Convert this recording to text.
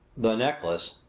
the necklace,